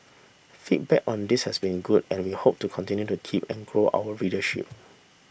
feedback on this has been good and we hope to continue to keep and grow our readership